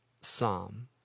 psalm